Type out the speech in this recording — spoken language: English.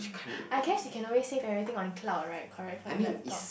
I guess you can always save everything on cloud right connect from the laptop